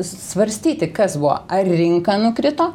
svarstyti kas buvo ar rinka nukrito